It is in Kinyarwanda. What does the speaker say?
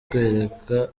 kwereka